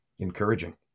encouraging